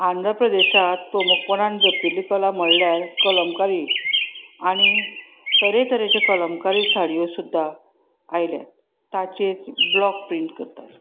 आंध्र प्रदेशांत प्रमुखपणान जपिल्ली कला म्हणल्यार कलमकारी आनी तरेतरेचे कलमकारी साडयो सुद्दां आयल्यात ताचेर ब्लॉक प्रिंट करतात